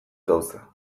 gauza